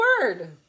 word